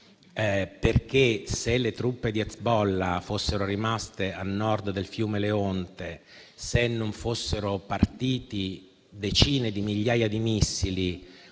Se le truppe di Hezbollah fossero rimaste a Nord del fiume Leonte, se non fossero partite decine di migliaia di missili